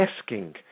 asking